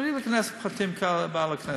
בלי להיכנס לפרטים בכנסת.